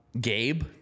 Gabe